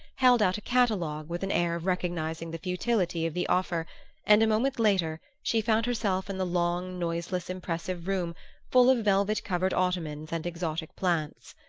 held out a catalogue with an air of recognizing the futility of the offer and a moment later she found herself in the long noiseless impressive room full of velvet-covered ottomans and exotic plants.